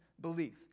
belief